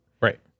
Right